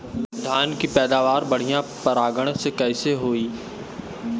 धान की पैदावार बढ़िया परागण से कईसे होई?